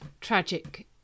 tragic